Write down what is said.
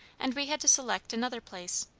and we had to select another place.